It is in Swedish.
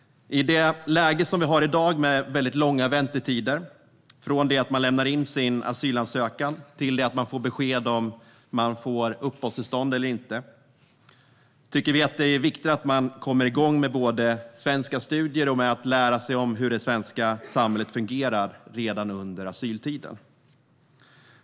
I det läge som vi har i dag med långa väntetider från det att man lämnar in sin asylansökan till det att man får besked om man får uppehållstillstånd eller inte tycker vi att det är viktigt att man redan under asyltiden kommer igång med både svenskastudier och med att lära sig hur det svenska samhället fungerar.